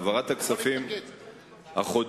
העברת הכספים החודשית